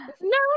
No